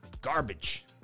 Garbage